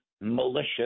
malicious